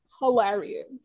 Hilarious